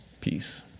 peace